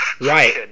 Right